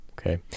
okay